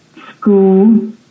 school